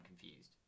confused